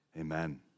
amen